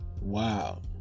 wow